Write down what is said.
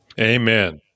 Amen